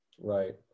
Right